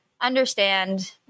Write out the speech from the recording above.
understand